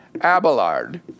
Abelard